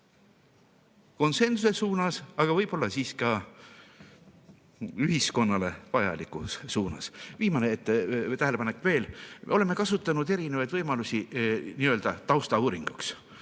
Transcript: Konsensuse suunas, aga võib-olla ka ühiskonnale vajalikus suunas. Viimane tähelepanek veel. Me oleme kasutanud erinevaid võimalusi nii-öelda taustauuringuks.